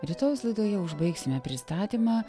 rytojaus laidoje užbaigsime pristatymą